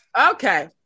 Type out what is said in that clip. Okay